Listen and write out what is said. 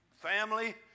family